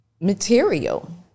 material